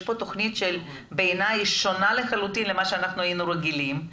יש פה תוכנית שבעיניי היא שונה לחלוטין ממה שאנחנו היינו רגילים.